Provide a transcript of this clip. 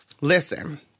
listen